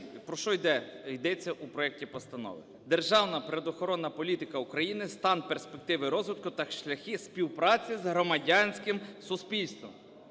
про що йдеться у проекті постанови: "Державна природоохоронна політика України: стан, перспективи розвитку та шляхи співпраці з громадянським суспільством".